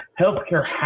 Healthcare